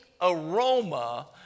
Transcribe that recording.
aroma